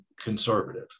conservative